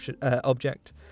object